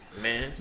Man